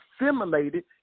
assimilated